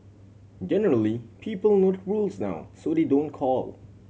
generally people know the rules now so they don't call